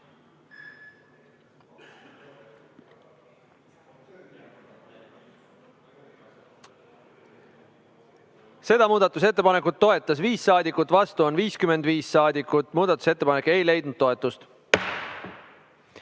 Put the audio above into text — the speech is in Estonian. Seda muudatusettepanekut toetas 5 saadikut, vastu on 55 saadikut. Muudatusettepanek ei leidnud toetust.